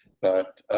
but.